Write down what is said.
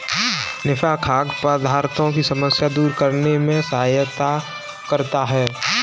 निफा खाद्य पदार्थों की समस्या दूर करने में सहायता करता है